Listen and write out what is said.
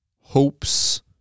hopes